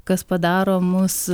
kas padaro mus